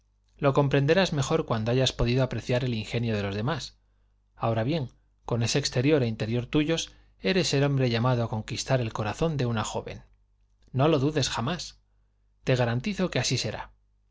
lo comprenderás mejor cuando hayas podido apreciar el ingenio de los demás ahora bien con ese exterior e interior tuyos eres el hombre llamado a conquistar el corazón de una joven no lo dudes jamás te garantizo que así será